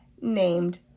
named